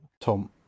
Tom